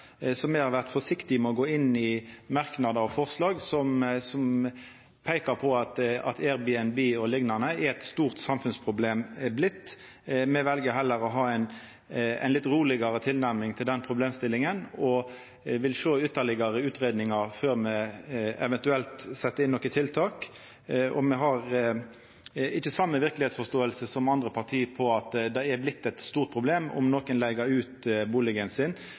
me har vore forsiktige med å gå inn i merknader og forslag som peikar på at Airbnb og liknande har vorte eit stort samfunnsproblem. Me vel heller å ha ei litt rolegare tilnærming til den problemstillinga og vil sjå ytterlegare utgreiingar før me eventuelt set inn tiltak. Me har ikkje den same forståinga av verkelegheita som andre parti på at det har vorte eit stort problem om folk leiger ut bustaden sin.